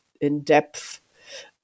in-depth